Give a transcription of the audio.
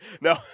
No